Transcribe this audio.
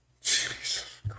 Jesus